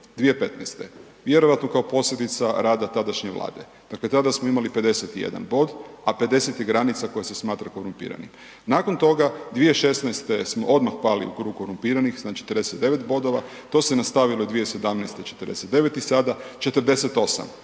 2015., vjerojatno kao posljedica rada tadašnje vlade. Dakle, tada smo imali 51 bod, a 50 je granica koja se smatra korumpiranim. Nakon toga 2016. smo odmah pali u krug korumpiranih na 49 bodova, to se nastavilo i 2017. 49 i sada 48.